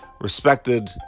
respected